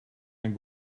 ein